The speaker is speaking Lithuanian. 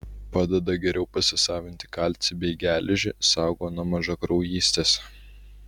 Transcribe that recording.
padeda geriau pasisavinti kalcį bei geležį saugo nuo mažakraujystės